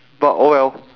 but oh well